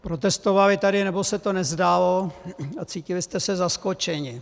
Protestovali tady, nebo se to nezdálo, a cítili jste se zaskočení.